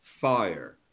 Fire